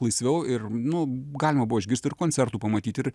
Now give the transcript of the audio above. laisviau ir nu galima buvo išgirsti ir koncertų pamatyti ir